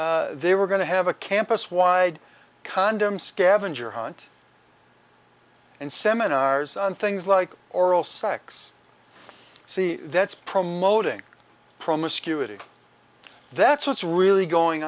they were going to have a campus wide condom scavenger hunt and seminars on things like oral sex see that's promoting promiscuity that's what's really going